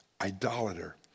Idolater